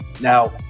now